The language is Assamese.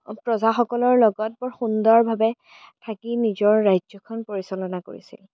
প্ৰজাসকলৰ লগত বৰ সুন্দৰভাৱে থাকি নিজৰ ৰাজ্যখন পৰিচালনা কৰিছিল